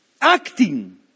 acting